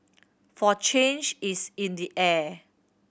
for change is in the air